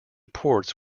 ports